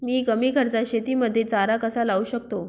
मी कमी खर्चात शेतीमध्ये चारा कसा लावू शकतो?